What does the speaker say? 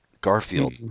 Garfield